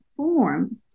Form